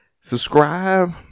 subscribe